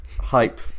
hype